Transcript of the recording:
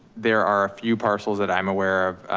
there are a few parcels that i'm aware of,